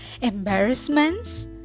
embarrassments